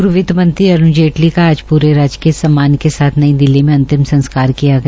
पूर्व वित्त मंत्री अरूण जेटली का आज पूरे राजकीय सम्मान के साथ नई दिल्ली में अंतिम संस्कार किया गया